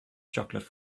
chocolate